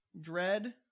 dread